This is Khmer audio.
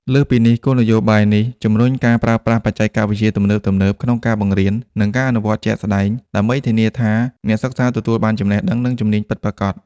លើសពីនេះ គោលនយោបាយនេះជំរុញការប្រើប្រាស់បច្ចេកវិទ្យាទំនើបៗក្នុងការបង្រៀន និងការអនុវត្តជាក់ស្តែង ដើម្បីធានាថាអ្នកសិក្សាទទួលបានចំណេះដឹង និងជំនាញពិតប្រាកដ។